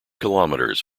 kilometres